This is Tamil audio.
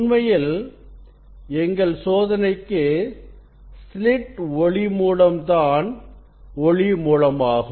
உண்மையில் எங்கள் சோதனைக்கு ஸ்லிட் தான் ஒளி மூலமாகும்